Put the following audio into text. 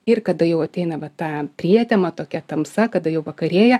ir kada jau ateina va ta prietema tokia tamsa kada jau vakarėja